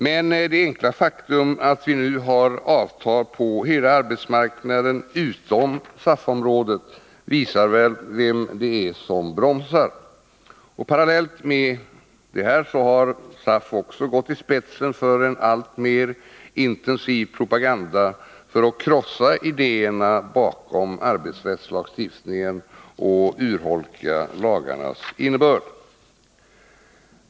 Men det enkla faktum att vi nu har avtal på hela arbetsmarknaden utom SAF-området visar väl vem det är som bromsar. Parallellt med detta har SAF gått i spetsen för en alltmer intensiv propaganda för att krossa idéerna bakom arbetsrättslagstiftningen och urholka lagarnas innebörd.